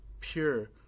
pure